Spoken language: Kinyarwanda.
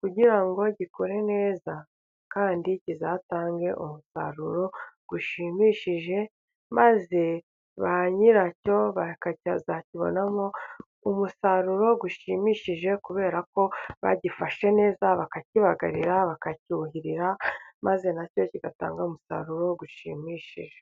kugira ngo gikure neza kandi kizatange umusaruro ushimishije. Maze ba nyiracyo bakazakibonamo umusaruro ushimishije kubera ko bagifashe neza ,bakakibagarira ,bakacyurira ,maze na cyo kikazatanga umusaruro ushimishije.